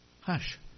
Hush